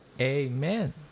amen